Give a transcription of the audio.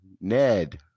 Ned